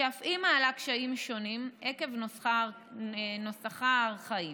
שאף היא מעלה קשיים שונים עקב נוסחה הארכאי.